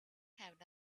have